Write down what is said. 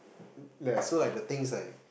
ya so like the things like